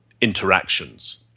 interactions